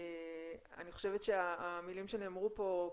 חושבת שהמילים שנאמרו פה,